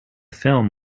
film